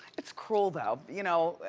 it's cruel, though, you know?